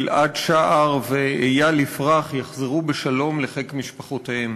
גיל-עד שער ואיל יפרח יחזרו בשלום לחיק משפחותיהם,